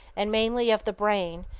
and mainly of the brain,